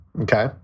Okay